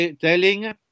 telling